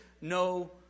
no